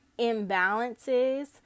imbalances